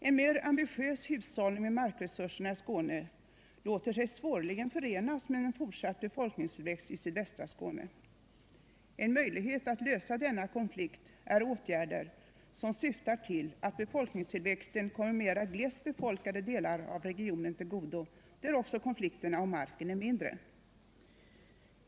En mer ambitiös hushållning med markresurserna i Skåne låter sig svårligen förenas med en fortsatt befolkningstillväxt i sydvästra Skåne. En möjlighet att lösa denna konflikt är åtgärder som syftar till att befolkningstillväxten kommer mer glest befolkade delar av regionen till godo — där också konflikterna om marken är mindre.